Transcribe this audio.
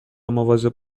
مواظب